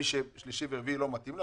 מי שמרץ ואפריל ורביעי לא מתאים לו,